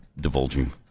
divulging